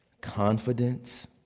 confidence